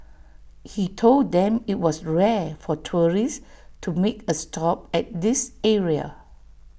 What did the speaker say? he told them IT was rare for tourists to make A stop at this area